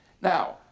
Now